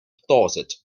dorset